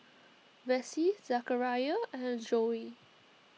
Vessie Zachariah and Joey